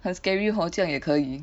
很 scary hor 这样也可以